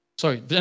Sorry